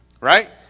Right